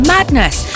Madness